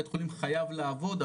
בית החולים חייב לעבוד,